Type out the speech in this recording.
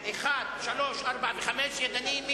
על הסתייגויות 1, 3, 4 ו-5 נצביע ידנית.